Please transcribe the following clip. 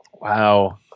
Wow